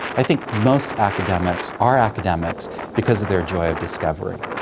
i think most academics are academics because of their joy of discovery,